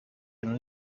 and